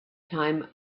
time